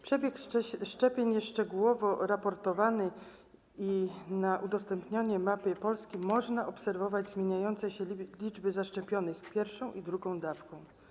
Przebieg szczepień jest szczegółowo raportowany i na udostępnianej mapie Polski można obserwować zmieniające się liczby zaszczepionych pierwszą i drugą dawką.